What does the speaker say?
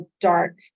dark